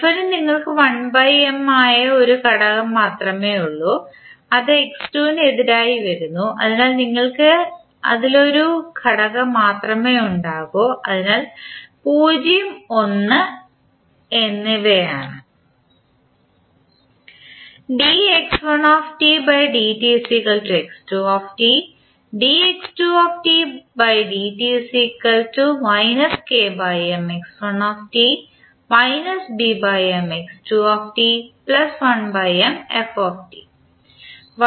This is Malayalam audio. F ന് നിങ്ങൾക്ക് ആയ ഒരു ഘടകം മാത്രമേ ഉള്ളൂ അത് ന് എതിരായി വരുന്നു അതിനാൽ നിങ്ങൾക്ക് അതിൽ ഒരു ഘടകം മാത്രമേ ഉണ്ടാകൂ അതിനാൽ 0 1 എന്നിവയാണ്